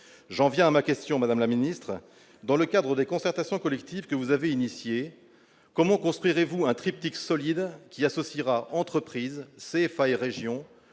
j'en viens à ma question, madame la ministre, dans le cadre des concertations collectif que vous avez initiée comment construire et vous un triptyque solide qui associera entreprise céphalées régions